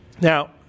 Now